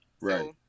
Right